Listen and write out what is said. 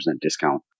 discount